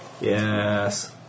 Yes